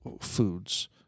Foods